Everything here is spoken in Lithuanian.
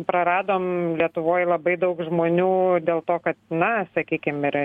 praradom lietuvoj labai daug žmonių dėl to kad na sakykim ir